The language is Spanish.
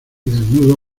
desnudo